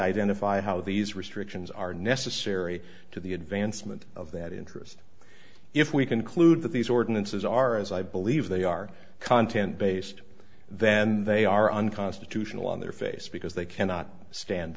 identify how these restrictions are necessary to the advancement of that interest if we conclude that these ordinances are as i believe they are content based then they are unconstitutional on their face because they cannot stand